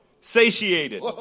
satiated